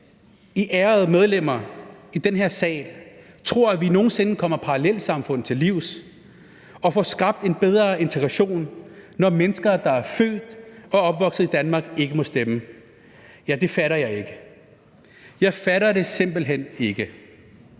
I ærede medlemmer i den her sal tror, at vi nogen sinde kommer parallelsamfund til livs og får skabt en bedre integration, når mennesker, der er født og opvokset i Danmark, ikke må stemme, ja, det fatter jeg ikke. Jeg fatter det simpelt hen ikke.